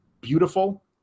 beautiful